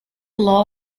law